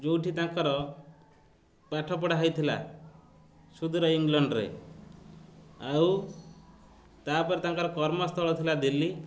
ଯେଉଁଠି ତାଙ୍କର ପାଠପଢ଼ା ହେଇଥିଲା ସୁଦୂର ଇଂଲଣ୍ଡରେ ଆଉ ତା'ପରେ ତାଙ୍କର କର୍ମସ୍ଥଳ ଥିଲା ଦିଲ୍ଲୀ